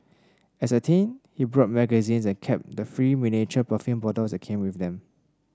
as a teen he bought magazines and kept the free miniature perfume bottles that came with them